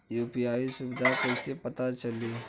UPI सुबिधा कइसे पता चली?